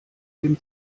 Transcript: dem